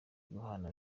guhana